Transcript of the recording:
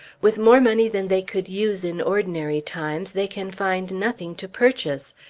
with more money than they could use in ordinary times, they can find nothing to purchase.